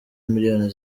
imiliyoni